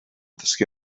dysgu